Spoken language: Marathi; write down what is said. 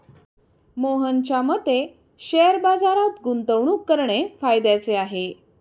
मोहनच्या मते शेअर बाजारात गुंतवणूक करणे फायद्याचे आहे